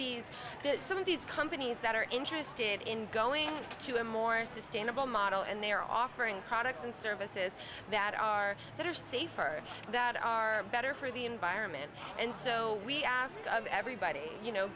get some of these companies that are interested in going to a more sustainable model and they are offering products and services that are that are safer that are better for the environment and so we ask of everybody you know